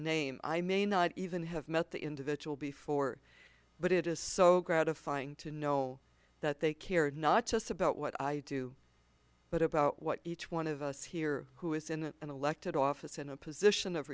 name i may not even have met the individual before but it is so gratifying to know that they care not just about what i do but about what each one of us here who is in an elected office in a position of